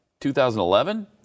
2011